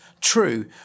true